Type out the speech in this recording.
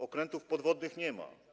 Okrętów podwodnych nie ma.